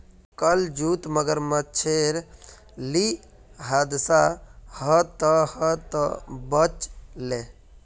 कल जूत मगरमच्छेर ली हादसा ह त ह त बच ले